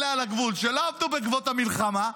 אלה על הגבול שלא עבדו בעקבות המלחמה,